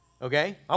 Okay